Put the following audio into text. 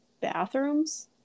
bathrooms